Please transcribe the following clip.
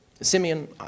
Simeon